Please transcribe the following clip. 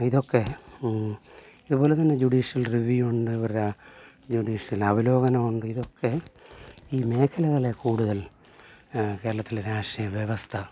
ഇതൊക്കെ ഇതുപോലെ തന്നെ ജുഡീഷ്യൽ റിവ്യൂ ഉണ്ട് ജുഡീഷ്യൽ അവലോകനം ഉണ്ട് ഇതൊക്കെ ഈ മേഖലകളെ കൂടുതൽ കേരളത്തിലെ രാഷ്ട്രീയ വ്യവസ്ഥ